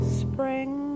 spring